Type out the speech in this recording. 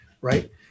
right